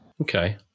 Okay